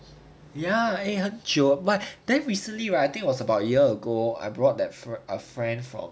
ya eh 很久 but then recently right it was about a year ago I brought that friend a friend from